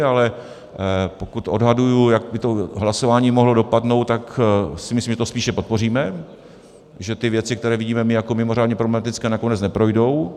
Ale pokud odhaduji, jak by to hlasování mohlo dopadnout, tak si myslím, že to spíše podpoříme, že ty věci, které vidíme my jako mimořádně problematické, nakonec neprojdou.